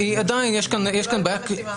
עדיין יש כאן בעיה --- זו לא הייתה המשימה,